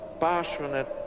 passionate